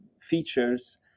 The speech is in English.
features